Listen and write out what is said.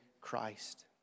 Christ